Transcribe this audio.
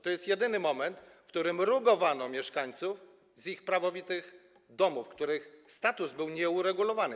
To jest jedyny moment, w którym rugowano mieszkańców z ich prawowitych domów, których status był nieuregulowany.